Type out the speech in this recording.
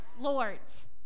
lords